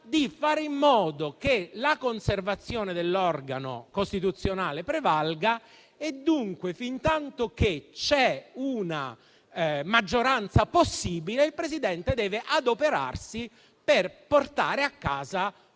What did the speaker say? di fare in modo che la conservazione dell'organo costituzionale prevalga. Dunque, fintanto che c'è una maggioranza possibile, il Presidente deve adoperarsi per portare a casa